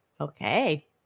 Okay